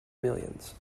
millions